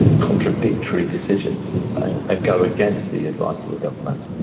contradictory decisions and go against the advice of the government